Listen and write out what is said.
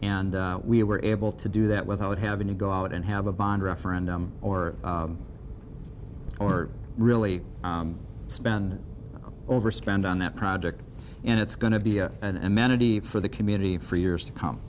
and we were able to do that without having to go out and have a bond referendum or or really spend overspend on that project and it's going to be an amenity for the community for years to come